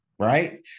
Right